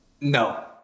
No